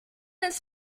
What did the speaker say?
ist